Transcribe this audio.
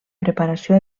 preparació